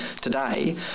Today